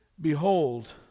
Behold